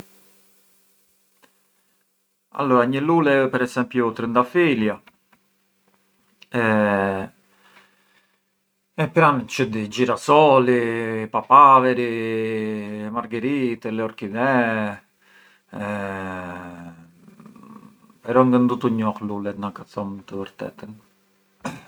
Allura një lule ë per esempiu trëndafilia e pra’ çë di, girasoli, papaveri, orchidee però ngë ndutu njoh lule na ka të thom të vërteten